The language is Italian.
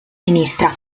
sinistra